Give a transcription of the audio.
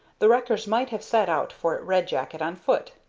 the wreckers might have set out for red jacket on foot.